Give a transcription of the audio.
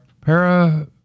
para